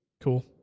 Cool